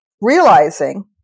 realizing